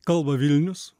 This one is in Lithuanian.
kalba vilnius